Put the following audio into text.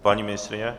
Paní ministryně?